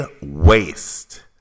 waste